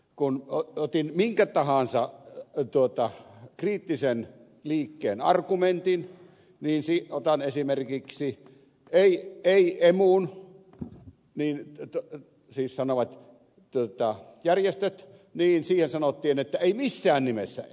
kun otin minkä tahansa kriittisen liikkeen argumentin otan esimerkiksi ei emuun sanovat järjestöt niin siihen sanottiin että ei missään nimessä emuun